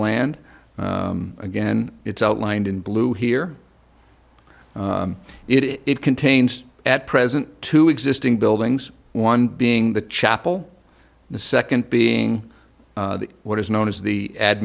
land again it's outlined in blue here it contains at present two existing buildings one being the chapel the second being what is known as the